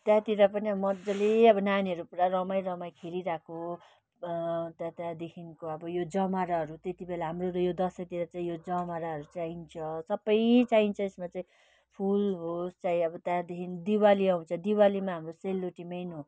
त्यहाँतिर पनि अब मजाले अब नानीहरू पुरा रमाई रमाई खेलिरहेको त त्यहाँदेखिको अब यो जमराहरू त्यति बेला हाम्रो यो दसैँतिर चाहिँ यो जमराहरू चाहिन्छ सबै चाहिन्छ यसमा चाहिँ फुल होस् चाहे अब त्यहाँदेखि दिवाली आउँछ दिवालीमा हाम्रो सेलरोटी मेन हो